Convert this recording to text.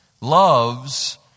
loves